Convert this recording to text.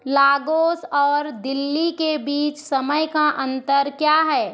Lagos और दिल्ली के बीच समय का अंतर क्या है